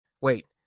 Wait